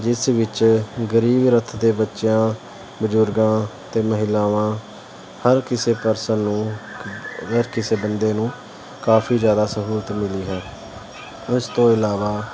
ਜਿਸ ਵਿੱਚ ਗਰੀਬ ਰਥ ਦੇ ਬੱਚਿਆਂ ਬਜ਼ੁਰਗਾਂ ਅਤੇ ਮਹਿਲਾਵਾਂ ਹਰ ਕਿਸੇ ਪਰਸਨ ਨੂੰ ਹਰ ਕਿਸੇ ਬੰਦੇ ਨੂੰ ਕਾਫੀ ਜ਼ਿਆਦਾ ਸਹੂਲਤ ਮਿਲੀ ਹੈ ਇਸ ਤੋਂ ਇਲਾਵਾ